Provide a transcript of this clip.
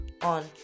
on